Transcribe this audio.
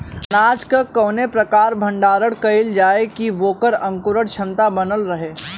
अनाज क कवने प्रकार भण्डारण कइल जाय कि वोकर अंकुरण क्षमता बनल रहे?